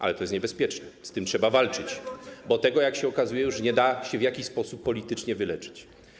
Ale to jest niebezpieczne, z tym trzeba walczyć, bo tego, jak widać, już nie da się w jakiś sposób politycznie wyleczyć.